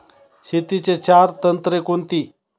शेतीची चार तंत्रे कोणती?